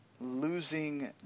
losing